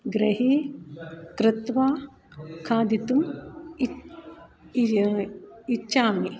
गृहे कृत्वा खादितुम् इच्छा इच्छामि